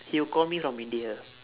he will call me from india